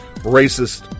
racist